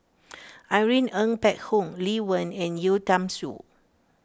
Irene Ng Phek Hoong Lee Wen and Yeo Tiam Siew